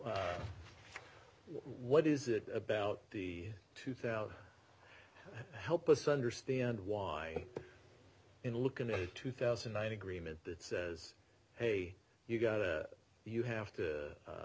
what is it about the two thousand help us understand why in looking at a two thousand and nine agreement that says hey you got it you have to a